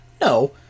No